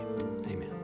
Amen